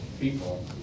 people